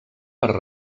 per